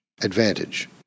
advantage